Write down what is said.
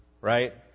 right